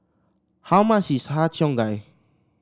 how much is Har Cheong Gai